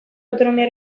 autonomia